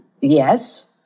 Yes